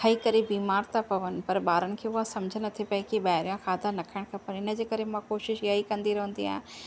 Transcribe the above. खाए करे बीमार त पवनि पर ॿारनि खे उहा सम्झ नथी पए की ॿाहिरियां खाधा न खाइणु खपनि इन जे करे मां कोशिशि इहा ई कंदी रहंदी आहियां